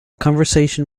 conversation